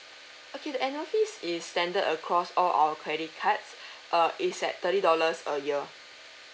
okay the annual fees is standard across all our credit cards err is at thirty dollars a year